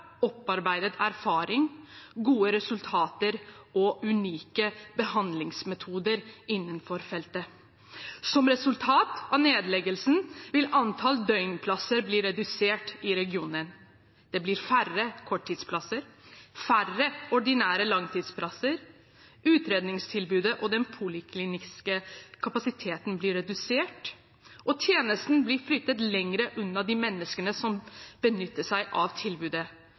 opparbeidet erfaring, gode resultater og unike behandlingsmetoder innenfor feltet. Som resultat av nedleggelsen vil antall døgnplasser bli redusert i regionen. Det blir færre korttidsplasser, færre ordinære langtidsplasser, utredningstilbudet og den polikliniske kapasiteten blir redusert, og tjenesten blir flyttet lenger unna de menneskene som benytter seg av tilbudet.